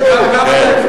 הקודמת.